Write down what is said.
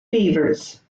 beavers